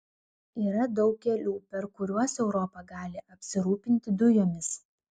yra daug kelių per kuriuos europa gali apsirūpinti dujomis